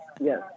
Yes